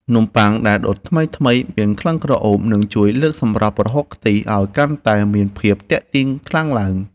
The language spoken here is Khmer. នំប៉័ងដែលដុតថ្មីៗមានក្លិនក្រអូបនឹងជួយលើកសម្រស់ប្រហុកខ្ទិះឱ្យកាន់តែមានភាពទាក់ទាញខ្លាំងឡើង។